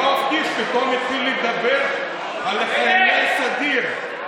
יואב קיש פתאום התחיל לדבר על חיילי הסדיר,